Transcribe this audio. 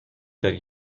that